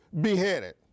beheaded